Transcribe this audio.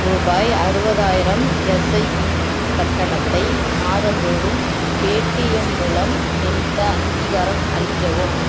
ரூபாய் அறுபதாயிரம் எஸ்ஐபி கட்டணத்தை மாதந்தோறும் பேடிஎம் மூலம் செலுத்த அங்கீகாரம் அளிக்கவும்